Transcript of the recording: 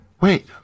Wait